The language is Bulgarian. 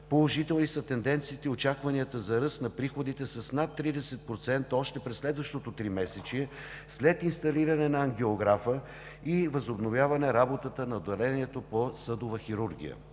Положителни са тенденциите и очакванията за ръст на приходите с над 30% още през следващото тримесечие след инсталиране на ангиографа и възобновяване на работата на отделението по съдова хирургия.